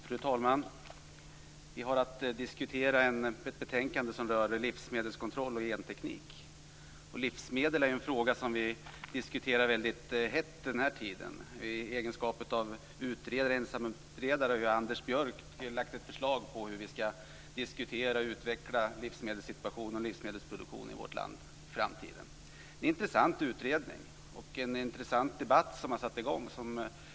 Fru talman! Vi har att diskutera ett betänkande som rör livsmedelskontroll och genteknik. Livsmedel är en fråga som vi diskuterar väldigt hett den här tiden. I egenskap av ensamutredare har Gunnar Björk lagt fram ett förslag om hur vi skall diskutera livsmedelssituation och utveckla livsmedelsproduktion i vårt land i framtiden. Det är en intressant utredning, och en intressant debatt har satt i gång.